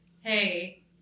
Hey